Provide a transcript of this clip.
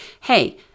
hey